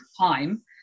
time